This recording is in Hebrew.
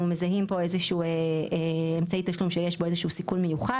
מזהים פה איזשהו אמצעי תשלום שיש בו איזה סיכון מיוחד